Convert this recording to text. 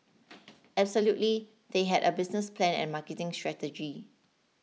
absolutely they had a business plan and marketing strategy